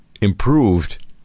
improved